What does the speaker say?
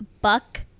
buck